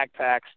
backpacks